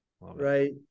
right